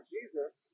Jesus